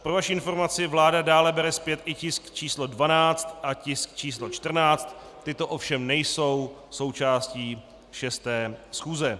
Pro vaši informaci, vláda dále bere zpět i tisk číslo 12 a tisk číslo 14, tyto ovšem nejsou součástí 6. schůze.